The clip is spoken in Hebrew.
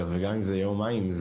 וגם אם אלו יומיים,